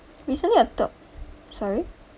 recently I thought sorry